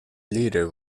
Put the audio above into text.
leader